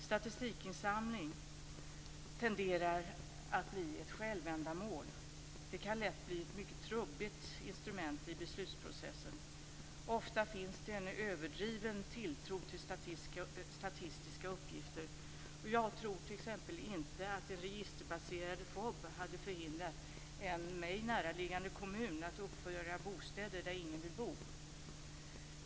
Statistikinsamling tenderar att bli ett självändamål. Den kan lätt bli ett mycket trubbigt instrument i beslutsprocessen. Ofta finns det en överdriven tilltro till statistiska uppgifter. Jag tror t.ex. inte att en registerbaserad FoB hade förhindrat en mig näraliggande kommun att uppföra bostäder där ingen vill bo.